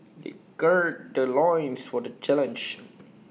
they gird their loins for the challenge